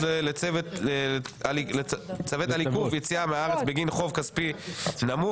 לצוות על עיכוב יציאה מהארץ בגין חוב כספי נמוך),